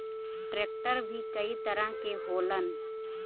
tractor भी कई तरह के होलन